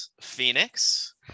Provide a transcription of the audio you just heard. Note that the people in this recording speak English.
Phoenix